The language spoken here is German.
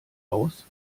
aus